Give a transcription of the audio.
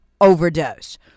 overdose